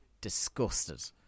disgusted